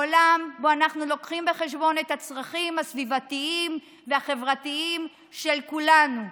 עולם שבו אנחנו מביאים בחשבון את הצרכים הסביבתיים והחברתיים של כולנו,